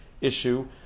issue